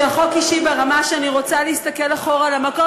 שהחוק אישי ברמה שאני רוצה להסתכל אחורה למקום